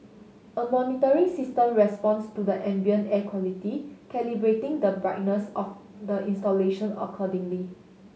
a monitoring system responds to the ambient air quality calibrating the brightness of the installation accordingly